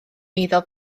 eiddo